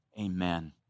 Amen